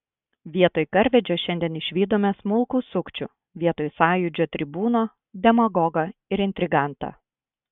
vietoj karvedžio šiandien išvydome smulkų sukčių vietoj sąjūdžio tribūno demagogą ir intrigantą